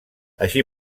així